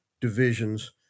divisions